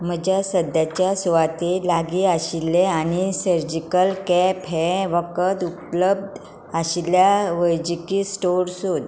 म्हज्या सद्याच्या सुवातेर लागीं आशिल्ले आनी सर्जिकल कॅप हें वखद उपलब्ध आशिल्ल्या वैजकी स्टोर सोद